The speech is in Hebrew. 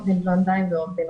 עו"ד בלונדהיים ועו"ד רוטשילד.